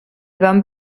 van